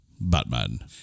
Batman